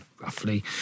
roughly